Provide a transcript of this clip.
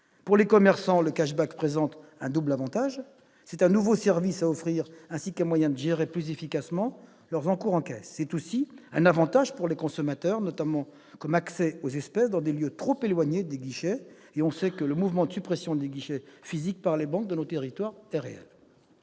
Pour les commerçants, le présente un double avantage : c'est un nouveau service à offrir, ainsi qu'un moyen de gérer plus efficacement leurs encours en caisse. C'est aussi un avantage pour les consommateurs, notamment pour accéder aux espèces dans les lieux trop éloignés des guichets. On sait que le mouvement de suppression des guichets physiques par les banques dans nos territoires est réel